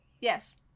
Yes